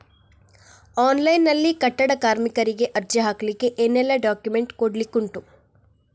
Online ನಲ್ಲಿ ಕಟ್ಟಡ ಕಾರ್ಮಿಕರಿಗೆ ಅರ್ಜಿ ಹಾಕ್ಲಿಕ್ಕೆ ಏನೆಲ್ಲಾ ಡಾಕ್ಯುಮೆಂಟ್ಸ್ ಕೊಡ್ಲಿಕುಂಟು?